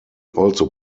also